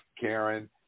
Karen